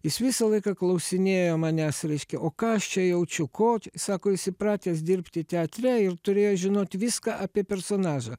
jis visą laiką klausinėjo manęs reiškia o ką aš čia jaučiu ko sako jis įpratęs dirbti teatre ir turėjo žinoti viską apie personažą